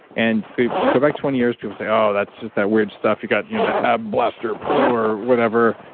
and go go back twenty years, people say, oh, that's just that weird stuff. you've got you know the ab blaster pro or whatever.